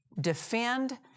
defend